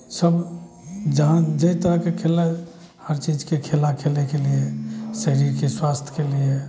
सब जा जेइ तरह के खेला हर चीज कऽ खेला खेलेके लिए शरीरके स्वस्थ्यके लिए